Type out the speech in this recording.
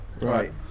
Right